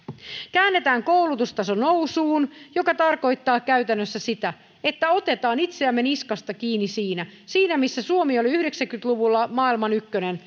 käännetään koulutustaso nousuun mikä tarkoittaa käytännössä sitä että otetaan itseämme niskasta kiinni siinä siinä missä suomi oli yhdeksänkymmentä luvulla maailman ykkönen